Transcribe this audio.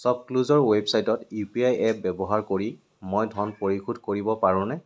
শ্ব'পক্লুজৰ ৱেবছাইটত U P I app ব্যৱহাৰ কৰি মই ধন পৰিশোধ কৰিব পাৰোনে